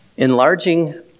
Enlarging